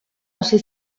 hasi